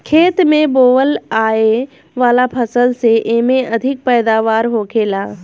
खेत में बोअल आए वाला फसल से एमे अधिक पैदावार होखेला